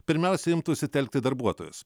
pirmiausia imtųsi telkti darbuotojus